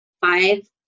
five